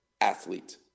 athlete